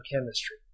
chemistry